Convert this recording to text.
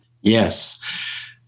Yes